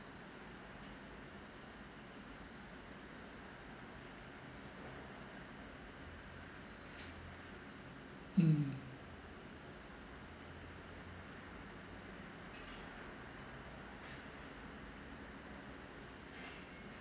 mm